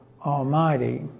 Almighty